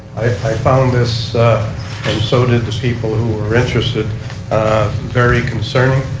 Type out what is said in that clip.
i found this and so did the people who were interested very concerning.